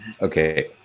okay